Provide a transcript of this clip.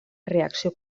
reacció